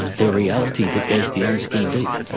their reality that goes beyond skin deep.